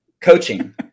coaching